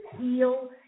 heal